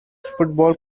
football